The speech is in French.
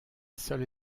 seule